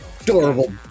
adorable